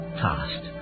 passed